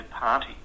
party